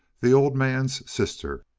the old man's sister.